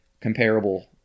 comparable